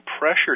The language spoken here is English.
pressure